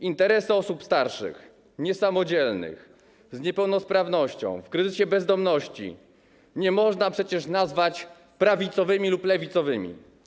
Interesów osób starszych, niesamodzielnych, z niepełnosprawnością, w kryzysie bezdomności nie można przecież nazwać prawicowymi lub lewicowymi.